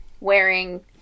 Wearing